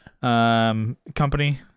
Company